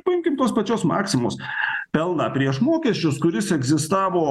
paimkim tos pačios maksimos pelną prieš mokesčius kuris egzistavo